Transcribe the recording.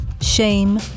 shame